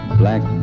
black